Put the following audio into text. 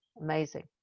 amazing